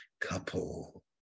couple